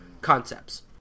concepts